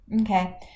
okay